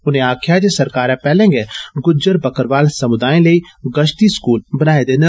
उनें आक्खेआ जे सरकारै पैहले गै गुज्जर बक्करवाल समुदाएं लेई गश्ती स्कूल बनाए दे न